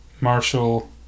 Marshall